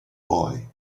boy